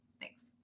Thanks